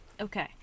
Okay